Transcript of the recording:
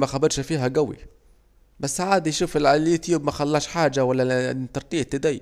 مخابرش فيها جوي، بس عادي شوف اليوتيوب مخالش حاجة ولا الانطرطيط ديه،